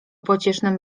pociesznym